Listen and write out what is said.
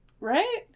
Right